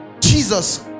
Jesus